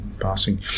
passing